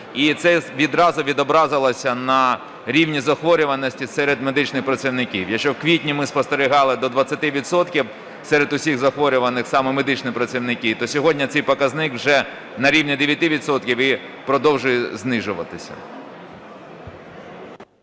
і це відразу відобразилося на рівні захворюваності серед медичних працівників. Якщо в квітні ми спостерігали до 20 відсотків серед усіх захворілих саме медичні працівники, то сьогодні цей показник вже на рівні 9 відсотків і продовжує знижуватися.